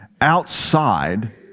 outside